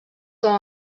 com